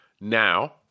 now